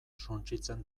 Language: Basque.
suntsitzen